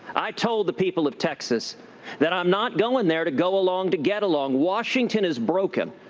i told the people of texas that i'm not going there to go along to get along. washington is broken.